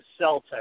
Celtics